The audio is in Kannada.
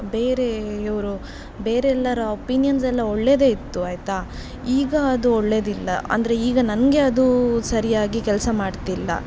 ಬೇರೆ ಇವರು ಬೇರೆ ಎಲ್ಲರ ಒಪೀನಿಯನ್ಸ್ ಎಲ್ಲ ಒಳ್ಳೆದೇ ಇತ್ತು ಆಯ್ತು ಈಗ ಅದು ಒಳ್ಳೆಯದಿಲ್ಲ ಅಂದರೆ ಈಗ ನನಗೆ ಅದು ಸರಿಯಾಗಿ ಕೆಲಸ ಮಾಡ್ತಿಲ್ಲ